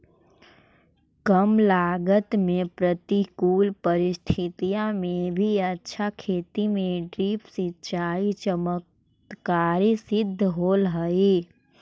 कम लागत में प्रतिकूल परिस्थिति में भी अच्छा खेती में ड्रिप सिंचाई चमत्कारी सिद्ध होल हइ